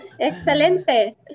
Excelente